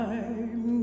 Time